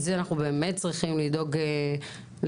את זה אנחנו באמת צריכים לדאוג לקבע.